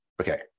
Okay